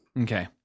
Okay